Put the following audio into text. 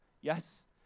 Yes